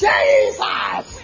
Jesus